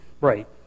Right